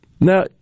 now